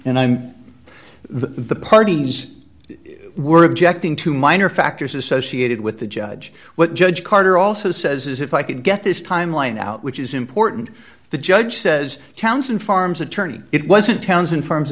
and the parties were objecting to minor factors associated with the judge what judge carter also says is if i can get this timeline out which is important the judge says townsend pharms attorney it wasn't townsend firms